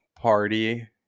party